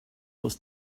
was